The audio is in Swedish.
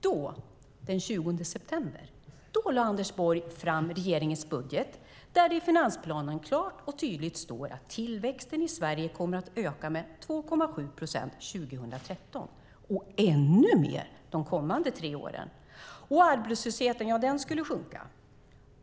Då, den 20 september, lade Anders Borg fram regeringens budget där det i finansplanen klart och tydligt står att tillväxten i Sverige kommer att öka med 2,7 procent 2013 och ännu mer de kommande tre åren och att arbetslösheten skulle sjunka.